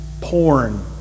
porn